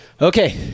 Okay